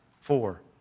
four